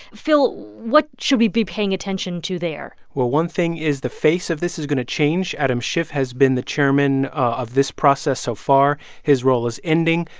phil, what should we be paying attention to there? well, one thing is the face of this is going to change. adam schiff has been the chairman of this process so far. his role is ending.